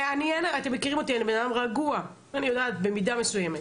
אתם מכירים אותי, אני בן אדם רגוע, במידה מסוימת.